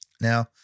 Now